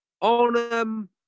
On